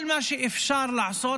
כל מה שאפשר לעשות,